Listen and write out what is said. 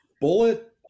bullet